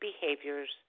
behaviors